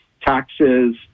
taxes